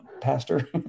pastor